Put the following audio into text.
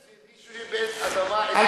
מי שעיבד אדמה עשרות שנים,